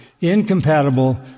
incompatible